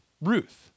Ruth